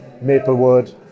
Maplewood